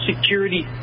security